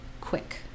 quick